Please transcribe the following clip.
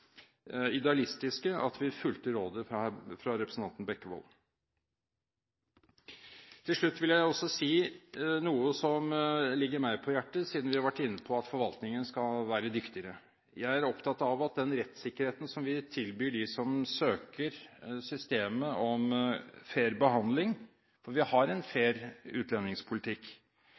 idealistiske at vi fulgte rådet fra representanten Bekkevold. Til slutt vil jeg også si noe som ligger meg på hjertet, siden vi har vært inne på at forvaltningen skal være dyktigere. Jeg er opptatt av den rettssikkerheten som vi tilbyr dem som søker systemet om fair behandling, for vi har en fair utlendingspolitikk.